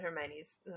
Hermione's